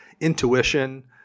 Intuition